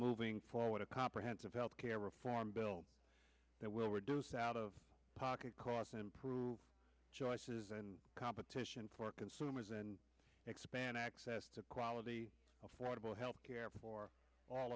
moving forward a comprehensive health care reform bill that will reduce out of pocket costs improve choices and competition for consumers and expand access to quality affordable health care for all